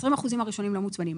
20% הראשונים לא מוצמדים.